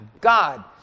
God